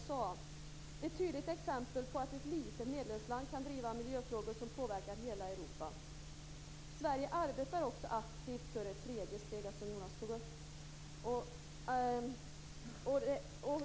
Detta är ett tydligt exempel på att ett litet medlemsland kan driva miljöfrågor som påverkar hela Europa. Sverige arbetar också aktivt för ett tredje steg.